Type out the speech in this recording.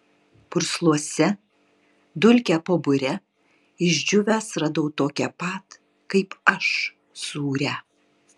pursluose dulkę po bure išdžiūvęs radau tokią pat kaip aš sūrią